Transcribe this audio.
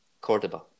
Cordoba